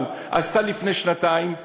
צריך גם לדעת לקרוא נתונים.